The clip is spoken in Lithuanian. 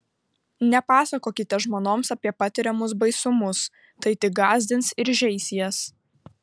nepasakokite žmonoms apie patiriamus baisumus tai tik gąsdins ir žeis jas